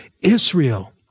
Israel